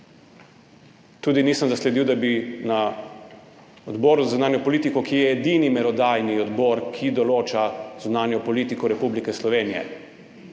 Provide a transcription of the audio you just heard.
Tudi nisem zasledil, da bi se na Odboru za zunanjo politiko, ki je edini merodajni odbor, ki določa zunanjo politiko Republike Slovenije,